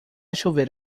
chover